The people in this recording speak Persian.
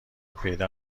پیدا